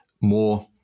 more